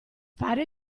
fare